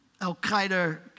Al-Qaeda